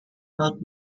not